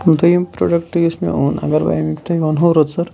دوٚیِم پرٛوڈَکٹ یُس مےٚ اوٚن اگر بہٕ اَمیُک تۄہہِ ونہو رٕژر